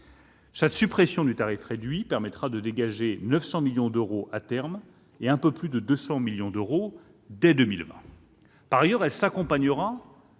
La suppression de ce tarif réduit permettra de dégager 900 millions d'euros à terme, un peu plus de 200 millions d'euros dès 2020. Par ailleurs, elle s'accompagnera